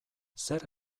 zer